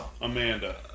Amanda